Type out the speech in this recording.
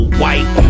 white